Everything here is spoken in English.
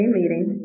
meeting